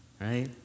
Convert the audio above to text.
right